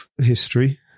history